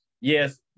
Yes